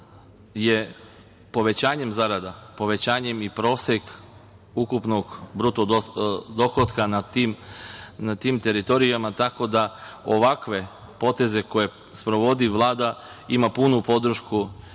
povećanjem zarada, povećanjem i proseka ukupnog bruto dohotka na tim teritorijama, tako da ovakvi potezi koje sprovodi Vlada imaju punu podršku,